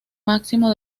máximo